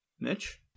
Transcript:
Mitch